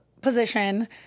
position